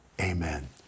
amen